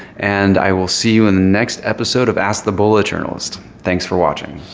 and i will see you in the next episode of ask the bullet journalist. thanks for watching.